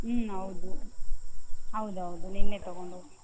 ಹ್ಞೂ ಹೌದು ಹೌದ್ ಹೌದು ನಿನ್ನೆ ತಗೊಂಡು ಹೋಗಿ